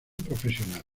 profesional